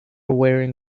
wearing